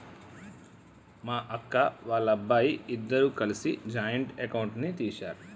మా అక్క, వాళ్ళబ్బాయి ఇద్దరూ కలిసి జాయింట్ అకౌంట్ ని తీశారు